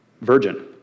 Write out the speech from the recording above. Virgin